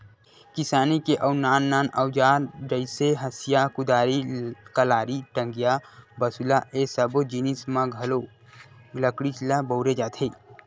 किसानी के अउ नान नान अउजार जइसे हँसिया, कुदारी, कलारी, टंगिया, बसूला ए सब्बो जिनिस म घलो लकड़ीच ल बउरे जाथे